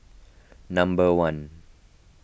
number one